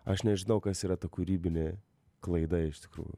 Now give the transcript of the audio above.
aš nežinau kas yra ta kūrybinė klaida iš tikrųjų